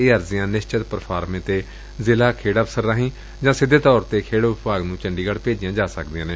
ਇਹ ਅਰਜ਼ੀਆਂ ਨਿਸ਼ਚਿਤ ਪੁਫਾਰਮੇ ਉਪਰ ਜ਼ਿਲਾ ਖੇਡ ਅਫਸਰ ਰਾਹੀ ਜਾਂ ਸਿੱਧੇ ਤੌਰ ਤੇ ਖੇਡ ਵਿਭਾਗ ਨੂੰ ਭੇਜੀਆਂ ਜਾ ਸਕਦੀਆਂ ਨੇ